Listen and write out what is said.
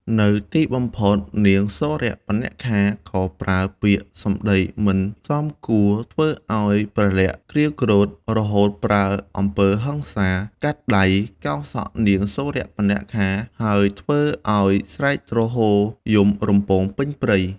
នៅទីបំផុត នាងសូរបនខាក៏ប្រើពាក្យ សំដីមិនសមគួរធ្វើឱ្យ ព្រះលក្សណ៍ក្រេវក្រោធ រហូតប្រើអំពើហិង្សា កាត់ដៃ កោរសក់នាងសួរបនខា ហើយធ្វើអោយស្រែកទ្រហោយំរំពងពេញព្រៃ។